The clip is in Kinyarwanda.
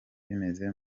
bimeze